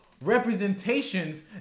representations